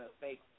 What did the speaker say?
fake